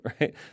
right